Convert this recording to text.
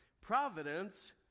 Providence